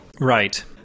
Right